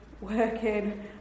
working